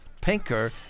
pinker